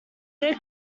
their